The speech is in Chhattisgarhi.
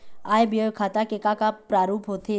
आय व्यय खाता के का का प्रारूप होथे?